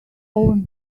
own